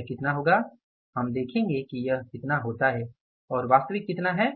तो यह कितना होगा हम देखेंगे कि यह कितना होता है और वास्तविक कितना है